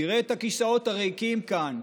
תראה את הכיסאות הריקים כאן.